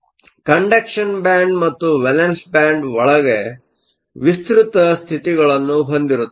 ಆದ್ದರಿಂದ ಕಂಡಕ್ಷನ್ ಬ್ಯಾಂಡ್Conduction band ಮತ್ತು ವೇಲೆನ್ಸ್ ಬ್ಯಾಂಡ್ ಒಳಗೆ ವಿಸ್ತೃತ ಸ್ಥಿತಿಗಳನ್ನು ಹೊಂದಿರುತ್ತದೆ